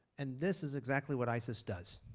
and this is exactly what isis does.